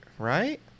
Right